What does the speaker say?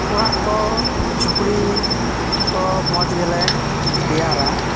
ᱚᱲᱟᱜ ᱠᱚ ᱡᱷᱩᱯᱲᱤ ᱠᱚ ᱢᱚᱡᱽ ᱜᱮᱞᱮ ᱛᱮᱭᱟᱨᱟ